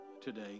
today